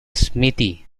smithy